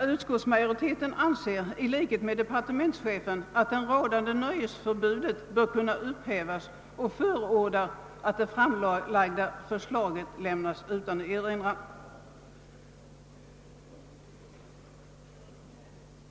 Utskottsmajorite ten anser i likhet med departementschefen att det rådande nöjesförbudet bör kunna upphävas och förordar att det framlagda förslaget lämnas utan erinran.